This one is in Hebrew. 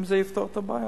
זה יפתור את הבעיה.